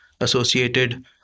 associated